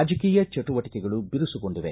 ರಾಜಕೀಯ ಚಟುವಟಿಕೆಗಳು ಬಿರುಸುಗೊಂಡಿದೆ